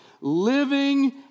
living